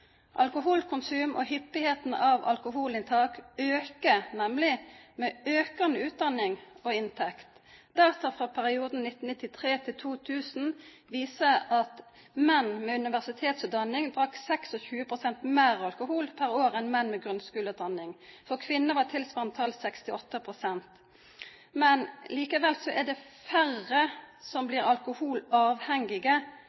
Alkoholkonsum og hyppigheten av alkoholinntak øker nemlig med økende utdanning og inntekt. Data fra perioden 1993–2000 viser at menn med universitetsutdanning drakk 26 pst. mer alkohol pr. år enn menn med grunnskoleutdanning. For kvinner var tilsvarende tall 68 pst. Men, likevel er det færre som